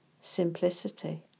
simplicity